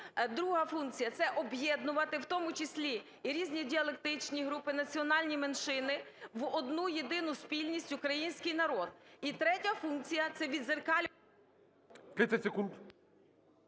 друга функція – це об'єднувати в тому числі і різні діалектичні групи, національні меншини в одну єдину спільність – український народ; і третя функція – це віддзеркалювання...